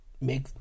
make